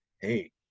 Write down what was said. hey